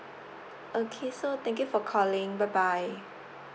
okay so thank you for calling bye bye